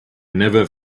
never